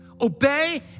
Obey